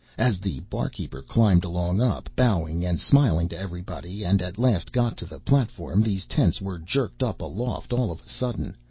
as the barkeeper climbed along up, bowing and smiling to everybody, and at last got to the platform, these tents were jerked up aloft all of a sudden,